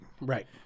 Right